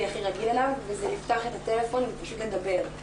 הכי רגיל אליו וזה לפתוח את הטלפון ופשוט לדבר,